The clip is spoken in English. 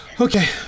Okay